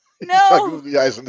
No